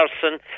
person